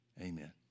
amen